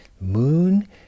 Moon